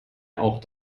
auch